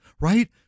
Right